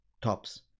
tops